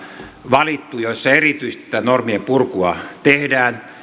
valittu joissa erityisesti tätä normien purkua tehdään